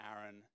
Aaron